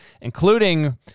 including